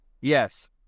Yes